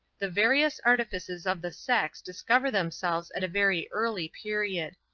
the various artifices of the sex discover themselves at a very early period.